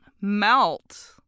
melt